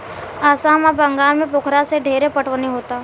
आसाम आ बंगाल में पोखरा से ढेरे पटवनी होता